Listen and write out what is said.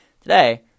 today